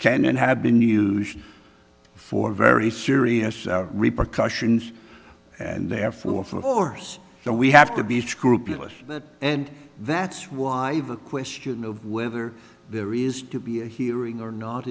then have been used for very serious repercussions and therefore for us so we have to be scrupulous and that's why the question of whether there is to be a hearing or not